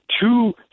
two